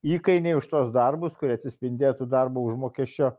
įkainiai už tuos darbus kurie atsispindėtų darbo užmokesčio